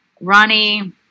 Ronnie